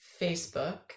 Facebook